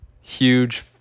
huge